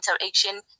interaction